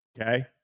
Okay